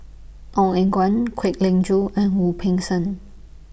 Ong Eng Guan Kwek Leng Joo and Wu Peng Seng